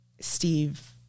Steve